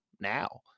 now